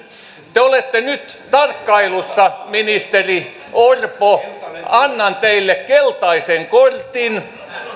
te te olette nyt tarkkailussa ministeri orpo annan teille keltaisen kortin